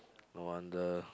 no wonder